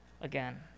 again